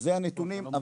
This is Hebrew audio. זה הנתונים,